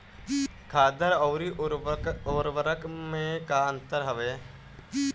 खादर अवरी उर्वरक मैं का अंतर हवे?